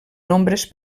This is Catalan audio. nombres